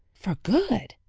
for good!